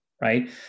right